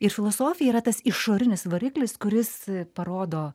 ir filosofija yra tas išorinis variklis kuris parodo